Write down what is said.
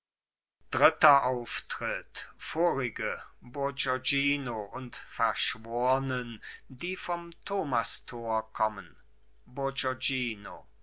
dritter auftritt vorige bourgognino mit verschwornen die vom thomastor kommen